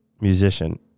Musician